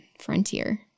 frontier